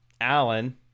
Alan